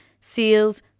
seals